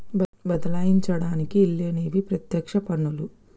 బదలాయించడానికి ఈల్లేనివి పత్యక్ష పన్నులు